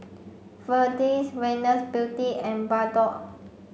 Ferdix Venus Beauty and Bardot